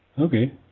Okay